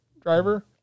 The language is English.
driver